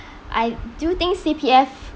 I do think C_P_F